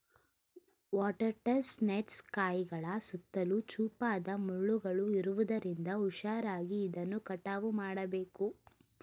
water chestnuts ಕಾಯಿಗಳ ಸುತ್ತಲೂ ಚೂಪಾದ ಮುಳ್ಳುಗಳು ಇರುವುದರಿಂದ ಹುಷಾರಾಗಿ ಇದನ್ನು ಕಟಾವು ಮಾಡಬೇಕು